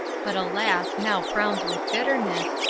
but, alas! now frowns with bitterness,